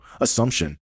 assumption